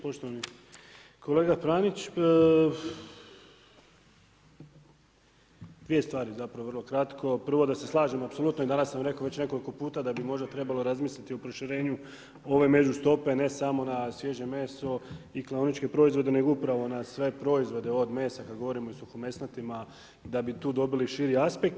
Poštovani kolega Pranić, dvije stvari zapravo vrlo kratko, prvo da se slažem apsolutno i danas sam rekao već nekoliko puta da bi možda trebalo razmisliti o proširenju ove među stope, ne samo na svježe meso i klaoničke proizvode, nego upravo na sve proizvode od mesa, kada govorimo i suhomesnatima, da bi tu dobili širi aspekt.